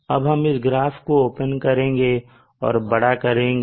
अब हम इस ग्राफ को ओपन करेंगे और बड़ा करेंगे